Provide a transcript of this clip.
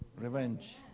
Revenge